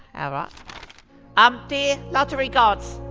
ah um, dear lottery gods,